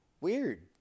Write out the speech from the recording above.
weird